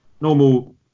normal